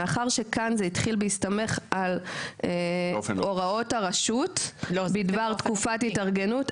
מאחר שכאן זה התחיל בהסתמך על הוראות הרשות בדבר תקופת התארגנות,